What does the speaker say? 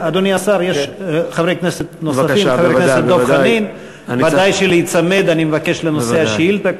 חבר הכנסת דב חנין, בוודאי להיצמד לנושא השאילתה.